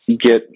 get